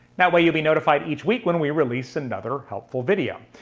that way you'll be notified each week when we release another helpful video.